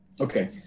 Okay